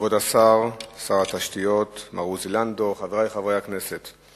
כבוד שר התשתיות מר עוזי לנדאו, חברי חברי הכנסת,